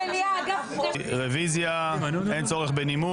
נמנעים, אין אושר.